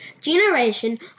generation